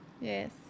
Yes